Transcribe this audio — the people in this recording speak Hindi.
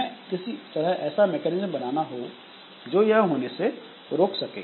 हमें किसी तरह ऐसा मैकेनिज्म बनाना है जो यह होने से रोक सके